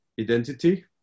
identity